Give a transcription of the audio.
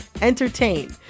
entertain